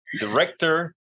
director